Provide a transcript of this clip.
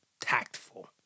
tactful